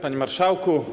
Panie Marszałku!